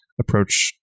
approach